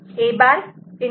B' A